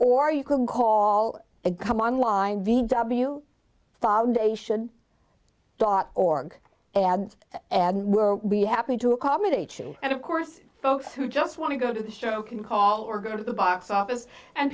or you can call it come online v w foundation dot org and and we're be happy to accommodate you and of course folks who just want to go to the show can call or go to the box office and